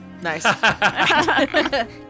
Nice